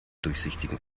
durchsichtigen